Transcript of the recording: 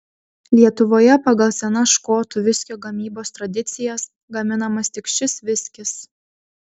lietuvoje pagal senas škotų viskio gamybos tradicijas gaminamas tik šis viskis